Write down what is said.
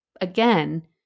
Again